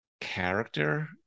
character